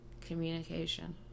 communication